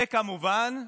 וכמובן,